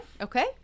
okay